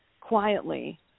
quietly